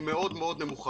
היא מאוד נמוכה.